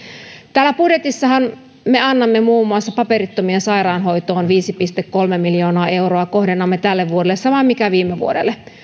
täällä budjetissahan me annamme muun muassa paperittomien sairaanhoitoon viisi pilkku kolme miljoonaa euroa kohdennamme tälle vuodelle saman minkä viime vuodelle